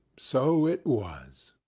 so it was!